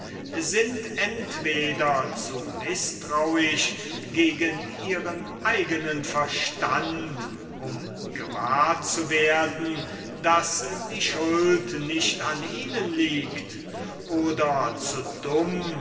sind entweder zu mißtrauisch gegen ihren eigenen verstand um gewahr zu werden daß die schuld nicht an ihnen liegt oder zu dumm